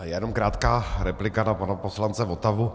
Jenom krátká replika na pana poslance Votavu.